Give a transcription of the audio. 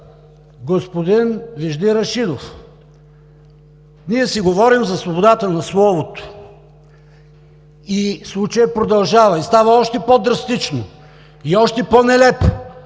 господин Вежди Рашидов. Ние си говорим за свободата на словото, случаят продължава и става още по-драстично, и още по-нелепо